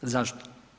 Zašto?